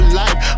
life